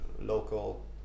local